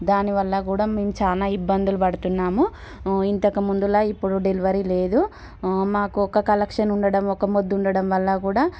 దానివల్ల కూడ మేము చాలా ఇబ్బందులు పడుతున్నాము ఇంతకు ముందులాగ ఇప్పుడు డెలివరి లేదు మాకు ఒక కనెక్షన్ ఉండడం ఒక మొద్దు ఉండడం వల్ల కూడా